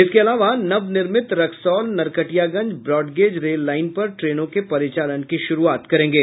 इसके अलावा नव निर्मित Raxaul Narkatiaganj broad gauge rail line पर ट्रेनों के परिचालन की शुरूआत करेंगे